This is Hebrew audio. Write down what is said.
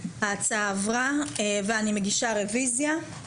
הצבעה אושר ההצעה עברה ואני מגישה רוויזיה.